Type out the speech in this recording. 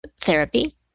therapy